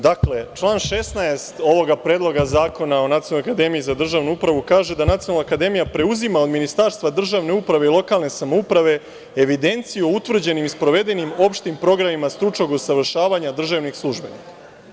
Dakle, član 16. ovog Predloga zakona o Nacionalnoj akademiji za državnu upravu kaže da Nacionalna akademija preuzima od Ministarstva državne uprave i lokalne samouprave evidenciju o utvrđenim i sprovedenim opštim programima stručnog usavršavanja državnih službenika.